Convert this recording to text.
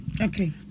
Okay